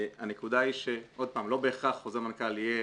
לא בהכרח חוזר מנכ"ל יהיה